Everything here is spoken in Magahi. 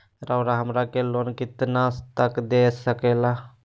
रउरा हमरा के लोन कितना तक का दे सकेला?